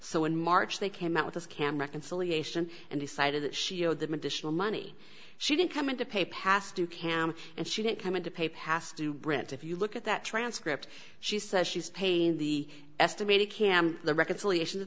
so in march they came out with a scam reconciliation and decided that she owed them additional money she didn't come in to pay past you can and she didn't come in to pay past due brint if you look at that transcript she says she's paying the estimated camp the reconciliation that